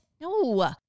No